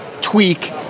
tweak